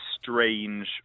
strange